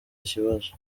ikibazo